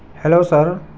hello sir